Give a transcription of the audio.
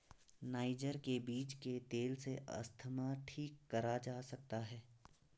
niger के बीज के तेल से अस्थमा ठीक करा जा सकता है